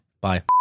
Bye